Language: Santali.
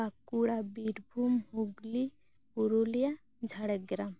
ᱵᱟᱸᱠᱩᱲᱟ ᱵᱤᱨᱵᱷᱩᱢ ᱦᱩᱜᱽᱞᱤ ᱯᱩᱨᱩᱞᱤᱭᱟ ᱡᱷᱟᱲᱜᱨᱟᱢ